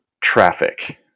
traffic